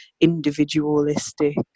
individualistic